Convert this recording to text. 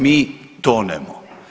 Mi tonemo.